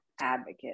advocate